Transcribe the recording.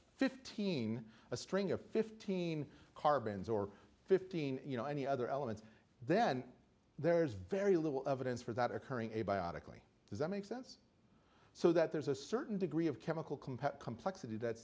fifteen a string of fifteen carbons or fifteen you know any other elements then there's very little evidence for that occurring abiotically does that make sense so that there's a certain degree of chemical compact complexity that